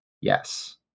yes